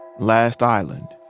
last island.